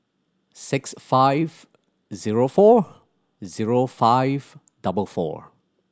six five zero four zero five double four